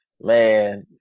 Man